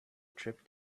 trip